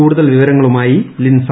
കൂടുതൽ വിവരങ്ങളുമായി ലിൻസ